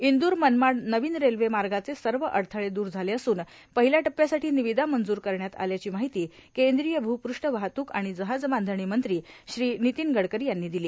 इंदूर मनमाड नवीन रेल्वे मार्गाचे सर्व अडथळे दूर झाले असून पहिल्या टप्प्यासाठी निविदा मंजूर करण्यात आल्याची माहिती केंद्रीय भूपृष्ठ वाहतूक आणि जहाज बांधणी मंत्री श्री नितीन गडकरी यांनी दिली